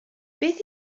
beth